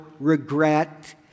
regret